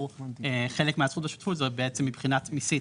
חלק מהזכות בשותפות זה בעצם מבחינה מיסית,